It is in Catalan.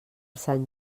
sant